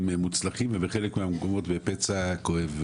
בדברים מוצלחים ובחלק מהמקומות בפצע כואב,